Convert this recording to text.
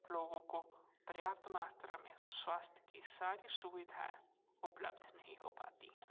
लोगों को पर्याप्त मात्रा में स्वास्थ्य की सारी सुविधाएँ उपलब्ध नहीं हो पाती हैं